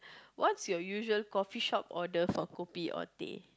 what's your usual coffee shop order for kopi or teh